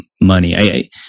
money